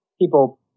People